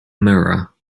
mirror